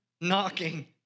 knocking